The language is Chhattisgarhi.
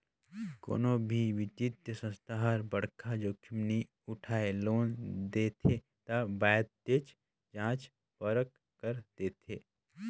कोनो भी बित्तीय संस्था हर बड़खा जोखिम नी उठाय लोन देथे ता बतेच जांच परख कर देथे